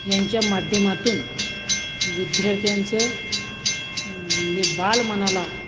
ह्यांच्या माध्यमातून विद्यार्थ्यांचं म्हणजे बाल मनाला